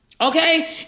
Okay